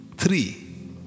three